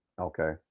Okay